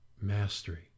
mastery